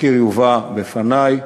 התחקיר יובא בפני,